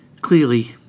clearly